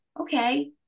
okay